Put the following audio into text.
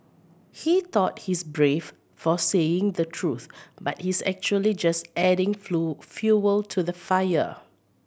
he thought he's brave for saying the truth but he's actually just adding flew fuel to the fire